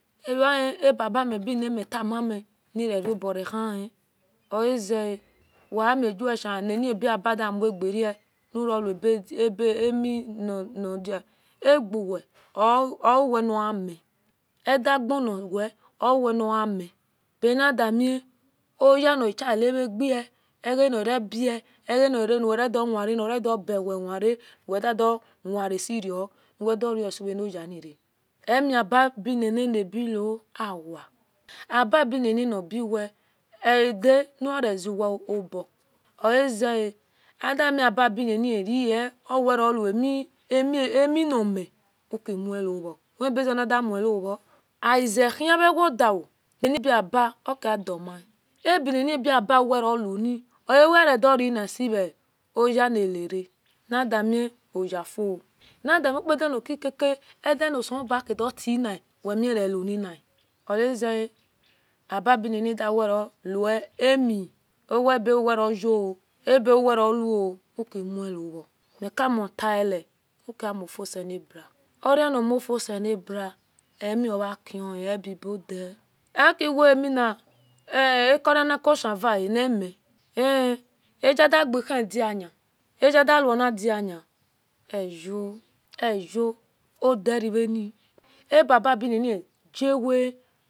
Abaivinemi tamami nioruobo rohin ozewamiguwehi nini bi abaniteromogwe uro amiaguwe oweniani edageniwe oweniami unami oyanokileaguwe agunoebia egauwedowure nidawiwere wediadoweresio weduwereuwekunoyeni amiba biniabelo awia ababenini nabiwa egeda nareze weoba oaze animiaba bininiwe vo owe woninomi ukimuovo weabge nadamuovo agezehie vodiao ninibia okiadama abinini bibauwereuni oawedurenisiwe oyenitere nidamioyafio nidam iupadanakikaka edanselebua kidotilen wemi reunini oazea ababinini daweweweni owarebe auwereyo abauweruo ukimuovo miamotale ukiamufiselebua oranimufoselebua emiomakuhivan nmin agiedia gehiedia diniagiedia wonigini euo euo oderevani ababinini gawea